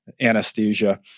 anesthesia